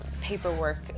paperwork